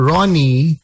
Ronnie